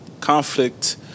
conflict